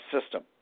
system